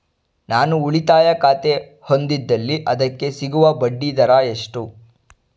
ನಾನು ಉಳಿತಾಯ ಖಾತೆ ಹೊಂದಿದ್ದಲ್ಲಿ ಅದಕ್ಕೆ ಸಿಗುವ ಬಡ್ಡಿ ದರ ಎಷ್ಟು?